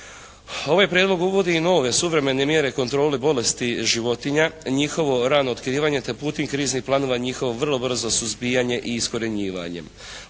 Ovaj prijedlog uvodi i nove suvremene mjere kontrole bolesti životinja, njihovo rano otkrivanje te … /Govornik se ne razumije./ … planira njihovo vrlo brzo suzbijanje i iskorjenjivanje.